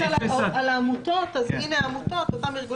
דיברת על העמותות, אז הינה עמותות ואותם ארגונים.